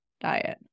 diet